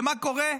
ומה קורה?